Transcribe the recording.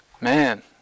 Man